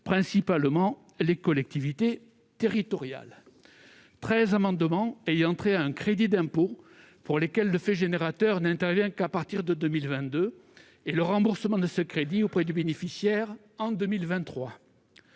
principalement des collectivités territoriales ; 13 amendements ayant trait à un crédit d'impôt pour lequel le fait générateur n'intervient qu'à partir de 2022, et le remboursement de ce crédit auprès du bénéficiaire en 2023